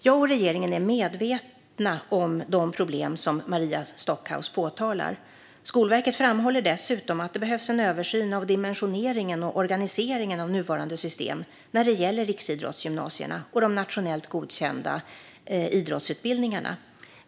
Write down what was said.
Jag och regeringen är medvetna om de problem som Maria Stockhaus påtalar. Skolverket framhåller dessutom att det behövs en översyn av dimensioneringen och organiseringen av nuvarande system när det gäller riksidrottsgymnasierna och de nationellt godkända idrottsutbildningarna.